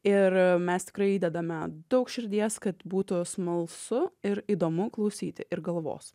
ir mes tikrai įdedame daug širdies kad būtų smalsu ir įdomu klausyti ir galvos